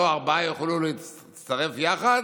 ארבעה יוכלו להצטרף יחד